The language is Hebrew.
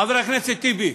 חבר הכנסת טיבי,